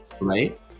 right